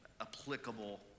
applicable